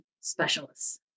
specialists